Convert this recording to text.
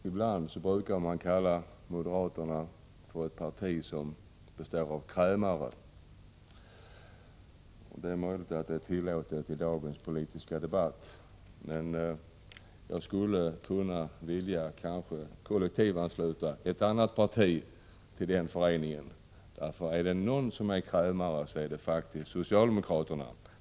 Ibland brukar man kalla moderaterna för ett parti som består av krämare — och det är möjligt att det är tillåtet i dagens politiska debatt. Men jag skulle kanske snarare vilja kollektivansluta ett annat parti till krämarnas sällskap — för om några är krämare är det faktiskt socialdemokraterna.